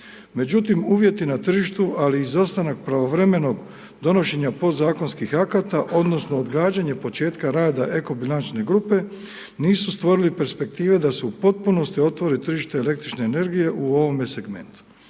Međutim, uvjeti na tržištu ali i izostanak pravovremenog donošenja podzakonskih akata odnosno odgađanje početka rada ekobilančne grupe nisu stvorili perspektive da se u potpunosti otvori tržište električne energije u ovome segmentu.